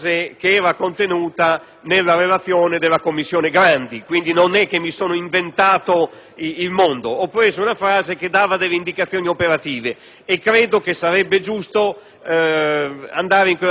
solo preso una frase che dava delle indicazioni operative e credo che sarebbe giusto andare in quella direzione. Tuttavia, per il bene che voglio alla Guardia di finanza - e credo che questa sia una